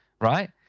right